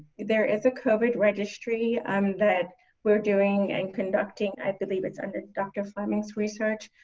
there is a covid registry um that we're doing and conducting i believe it's under dr. flemming's research